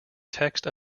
text